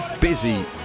busy